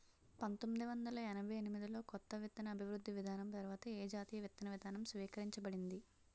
పంతోమ్మిది వందల ఎనభై ఎనిమిది లో కొత్త విత్తన అభివృద్ధి విధానం తర్వాత ఏ జాతీయ విత్తన విధానం స్వీకరించబడింది?